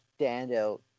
standout